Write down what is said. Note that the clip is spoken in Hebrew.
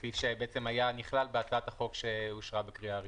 כפי שנכלל בהצעת החוק שאושרה בקריאה הראשונה.